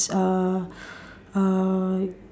uh uh